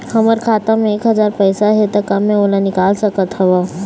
हमर खाता मा एक हजार पैसा हे ता का मैं ओला निकाल सकथव?